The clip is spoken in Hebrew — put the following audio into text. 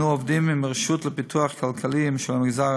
אנו עובדים עם הרשות לפיתוח כלכלי של המגזר